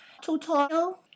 tutorial